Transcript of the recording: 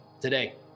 today